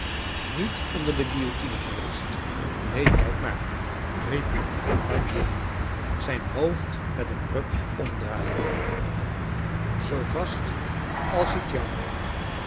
niet onder de guilliotine geweest keen kijk maart riep lagnier zijn hoofd met een ruk omdraaiende zoo vast als het jouwe